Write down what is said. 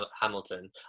hamilton